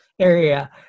area